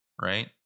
right